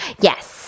yes